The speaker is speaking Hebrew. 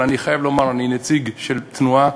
אבל אני חייב לומר שאני נציג של תנועה,